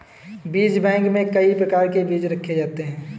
बीज बैंक में कई प्रकार के बीज रखे जाते हैं